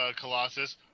Colossus